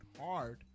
hard